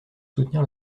soutenir